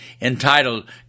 entitled